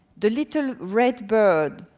the little red bird,